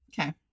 Okay